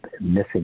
missing